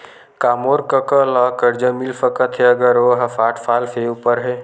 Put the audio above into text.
का मोर कका ला कर्जा मिल सकथे अगर ओ हा साठ साल से उपर हे?